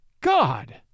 God